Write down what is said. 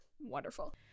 wonderful